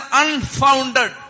unfounded